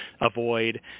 avoid